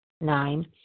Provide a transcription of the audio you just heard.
Nine